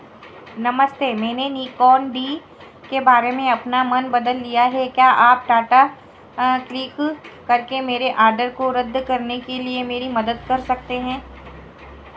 नमस्ते मैंने Nikon D के बारे में अपना मन बदल लिया है क्या आप टाटा क्लिक करके मेरे ऑर्डर को रद्द करने के लिए मेरी मदद कर सकते हैं